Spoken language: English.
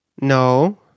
No